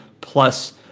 Plus